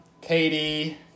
Katie